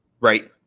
right